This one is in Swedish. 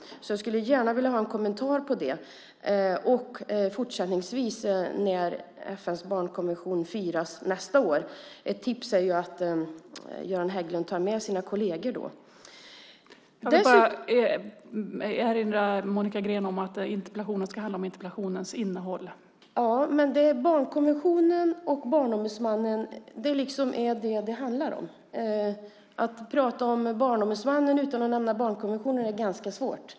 Jag skulle gärna vilja ha en kommentar till det. Och fortsättningsvis, när FN:s barnkonvention firas nästa år, tipsar jag Göran Hägglund att ta med sina kolleger. Men barnkonventionen och Barnombudsmannen är liksom vad det handlar om. Att prata om Barnombudsmannen utan att nämna barnkonventionen är ganska svårt.